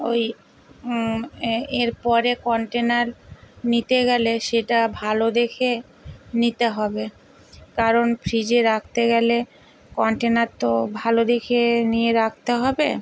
ওই এর পরে কন্টেনার নিতে গেলে সেটা ভালো দেখে নিতে হবে কারণ ফ্রিজে রাখতে গেলে কন্টেনার তো ভালো দেখে নিয়ে রাখতে হবে